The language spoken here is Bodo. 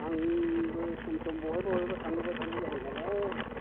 आंबो सम सम बहाबा बहाबा थांबोबाय थानाय जायो नालाय